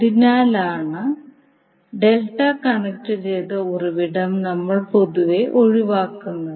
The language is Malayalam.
അതിനാലാണ് ഡെൽറ്റ കണക്റ്റു ചെയ്ത ഉറവിടം നമ്മൾ പൊതുവെ ഒഴിവാക്കുന്നത്